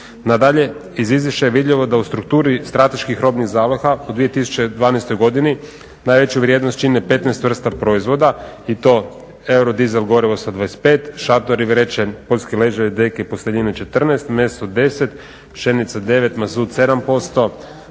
Nadalje, iz izvješća je vidljivo da u strukturi strateških robnih zaliha u 2012.godini najveću vrijednost čine 15 vrsta proizvoda i to eurodizel gorivo sa 25, šator i vreće, poljski ležajevi i deke i posteljine 14, meso 10. Pšenica 9, mazut 7%,